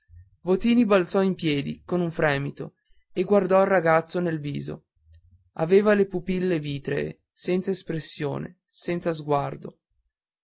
votini balzò in piedi con un fremito e guardò il ragazzo nel viso aveva le pupille vitree senza espressione senza sguardo